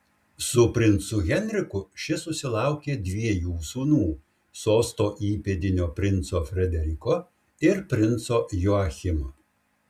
su princu henriku ši susilaukė dviejų sūnų sosto įpėdinio princo frederiko ir princo joachimo